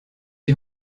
die